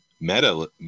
meta